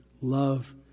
love